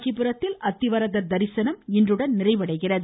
காஞ்சிபுரத்தில் அத்திவரதர் தரிசனம் இன்றுடன் நிறைவடைகிறது